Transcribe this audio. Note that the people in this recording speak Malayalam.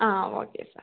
ആ ഓക്കെ സാർ